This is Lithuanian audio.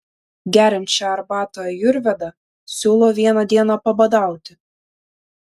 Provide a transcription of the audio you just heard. geriant šią arbatą ajurvedą siūlo vieną dieną pabadauti